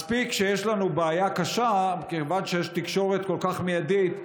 מספיק שיש לנו בעיה קשה מכיוון שיש תקשורת כל כך מיידית.